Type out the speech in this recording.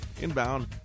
Inbound